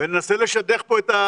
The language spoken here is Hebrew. וננסה לשדך פה את ה